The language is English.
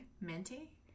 Minty